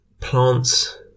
plants